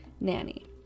nanny